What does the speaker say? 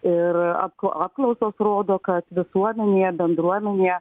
ir apkl apklausos rodo kad visuomenėje bendruomenėje